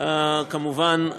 כמובן,